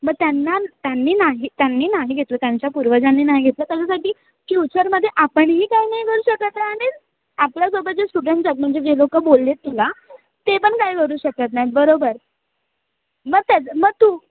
ब त्यांना त्यांनी नाही त्यांनी नाही घेतलं त्यांच्या पूर्वजांनी नाही घेतलं त्याच्यासाठी फ्युचरमध्ये आपणही काही नाही करू शकत आहे आणि आपल्यासोबत जे स्टुडंट्स आहेत म्हणजे जे लोकं बोलले आहेत तुला ते पण काही करू शकत नाहीत बरोबर मग त्याचं मग तू